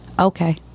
Okay